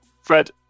fred